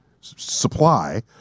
supply